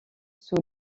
sous